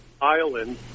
Island